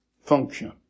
function